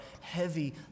heavy